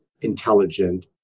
intelligent